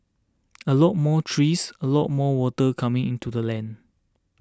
a lot more trees a lot more water coming into the land